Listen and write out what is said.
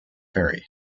ferry